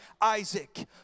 Isaac